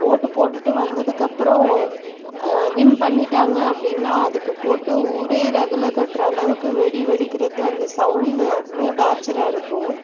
ஓட்டுப் போட்டுட்டு வந்ததுக்கப்றம் வின் பண்ணிவிட்டாங்க அப்படின்னா அதுக்கு போட்டு ஊரே ரகளை கட்டுற அளவுக்கு வெடி வெடிக்கிறது அந்த சவுண்டு அவ்வளோ டார்ச்சராக இருக்கும்